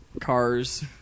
Cars